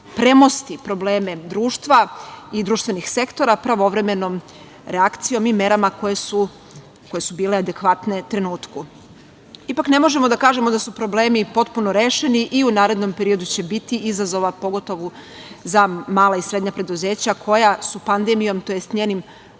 premosti probleme društva i društvenih sektora pravovremenom reakcijom i merama koje su bile adekvatne trenutku. Ipak ne možemo da kažemo da su problemi potpuno rešeni. I u narednom periodu će biti izazova, pogotovu za mala i srednja preduzeća koja su pandemijom tj. njenim